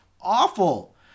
awful